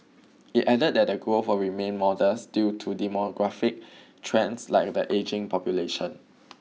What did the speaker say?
it added that the growth will remain modest due to demographic trends like the ageing population